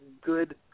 good